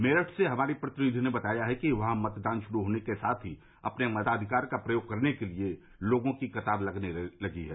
मेरठ से हमारी प्रतिनिधि ने बताया है कि वहां मतदान शुरू होने के साथ ही अपने मताधिकार का प्रयोग करने के लिए लोगों की कतार लगने लगी है